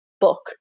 book